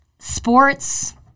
Sports